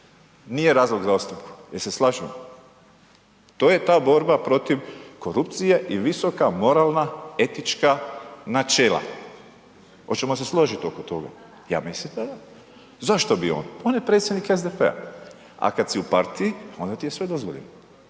nije razlog za ostavku. Jel se slažemo? To je ta borba protiv korupcije i visoka moralna, etička načela. Hoćemo se složiti oko toga? Ja mislim da da. Zašto bi on? On je predsjednik SDP-a, a kada si u partiji onda ti je sve dozvoljeno,